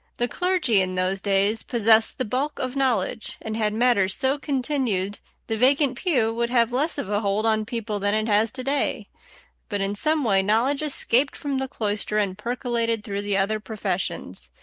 the clergy in those days possessed the bulk of knowledge, and had matters so continued the vacant pew would have less of a hold on people than it has to-day but in some way knowledge escaped from the cloister and percolated through the other professions,